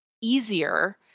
easier